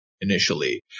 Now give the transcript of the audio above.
initially